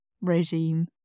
regime